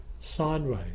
sideways